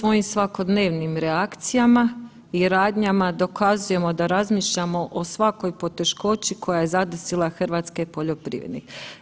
Mi svojim svakodnevnim reakcijama i radnjama dokazujemo da razmišljamo o svakoj poteškoći koja je zadesila hrvatske poljoprivrednike.